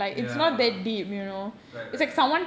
ya right right right